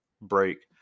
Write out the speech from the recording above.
break